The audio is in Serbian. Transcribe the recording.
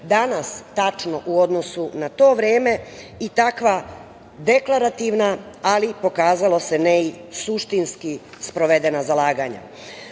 danas tačno u odnosu na to vreme i takva deklarativna, ali, pokazalo se, ne i suštinski sprovedena zalaganja. Potpunije